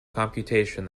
computation